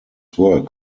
work